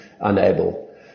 unable